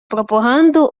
пропаганду